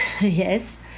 yes